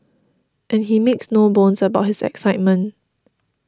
and he makes no bones about his excitement